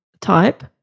type